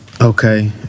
Okay